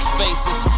faces